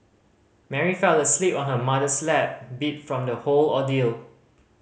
Mary fell asleep on her mother's lap beat from the whole ordeal